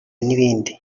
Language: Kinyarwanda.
n’ibindi